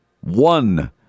One